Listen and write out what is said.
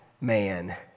man